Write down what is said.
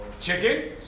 chicken